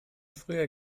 vorher